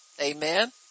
Amen